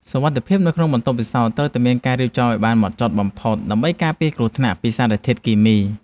សុវត្ថិភាពនៅក្នុងបន្ទប់ពិសោធន៍ត្រូវតែមានការរៀបចំឱ្យបានហ្មត់ចត់បំផុត ដើម្បីការពារគ្រោះថ្នាក់ពីសារធាតុគីមី។